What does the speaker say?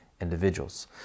individuals